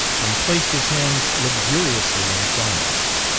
and placed his hands luxuriously on its arms.